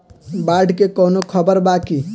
बाढ़ के कवनों खबर बा की?